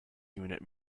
unit